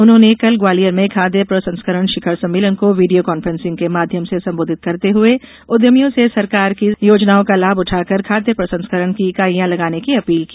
उन्होंने कल ग्वालियर में खाद्य प्रसंस्करण शिखर सम्मेलन को वीडियो कॉन्फ्रेंसिंग के माध्यम से संबोधित करते हुए उद्यमियों से सरकार की योजनाओं का लाभ उठाकर खाद्य प्रसंस्करण की इकाईया लगाने की अपील की